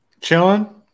Chilling